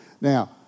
Now